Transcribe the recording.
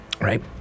Right